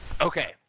okay